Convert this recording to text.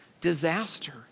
disaster